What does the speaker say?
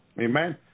Amen